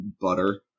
butter